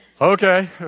Okay